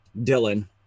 Dylan